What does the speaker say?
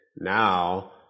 Now